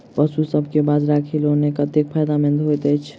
पशुसभ केँ बाजरा खिलानै कतेक फायदेमंद होइ छै?